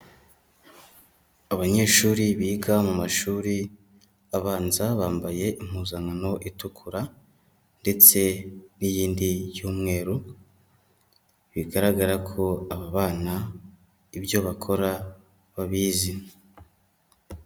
Abanyeshuri biga mu mashuri abanza bambaye impuzankano itukura ndetse n'iyindi y'umweru bigaragara ko aba bana ibyo bakora babizi.